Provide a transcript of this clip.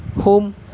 Home